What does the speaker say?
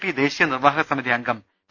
P ദേശീയ നിർവ്വാഹകസമിതി അംഗം പി